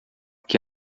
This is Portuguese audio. que